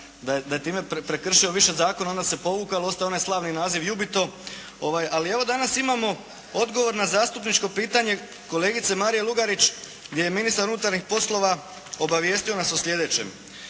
da je time prekršio više zakona, onda se povukao ali ostao je onaj slavi naziv "Yubito". Ali evo, danas imamo odgovor na zastupničko pitanje kolegice Marije Lugarić, gdje je ministar unutarnjih poslova obavijestio nas o sljedećem.